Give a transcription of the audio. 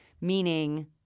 meaning